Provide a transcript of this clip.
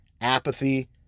apathy